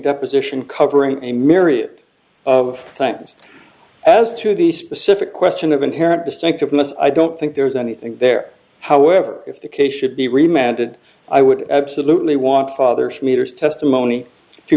deposition covering a myriad of things as to the specific question of inherent distinctiveness i don't think there's anything there however if the case should be reminded i would absolutely want fathers meters testimony to